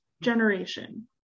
generation